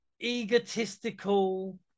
egotistical